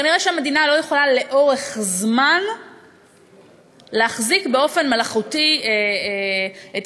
כנראה המדינה לא יכולה לאורך זמן להחזיק באופן מלאכותי את